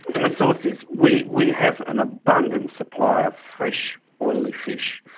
and the source is, we we have an abundant supply of fresh oily fish.